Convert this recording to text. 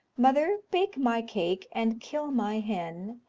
mother, bake my cake, and kill my hen,